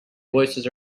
voices